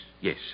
yes